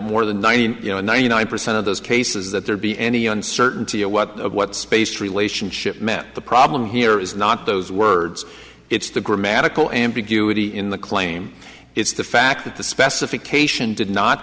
more than ninety you know ninety nine percent of those cases that there be any uncertainty of what of what space relationship meant the problem here is not those words it's the grammatical ambiguity in the claim it's the fact that the specification did not